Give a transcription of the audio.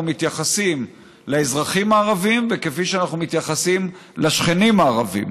מתייחסים לאזרחים הערבים וכפי שאנחנו מתייחסים לשכנים הערבים,